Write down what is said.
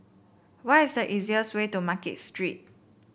what is the easiest way to Market Street